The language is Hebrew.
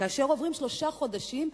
כאשר עוברים שלושה חודשים,